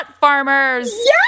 farmers